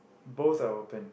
both are open